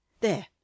There